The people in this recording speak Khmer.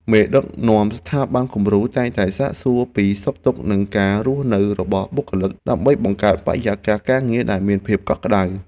មេដឹកនាំស្ថាប័នគំរូតែងតែសាកសួរពីសុខទុក្ខនិងការរស់នៅរបស់បុគ្គលិក ដើម្បីបង្កើតបរិយាកាសការងារដែលមានភាពកក់ក្តៅ។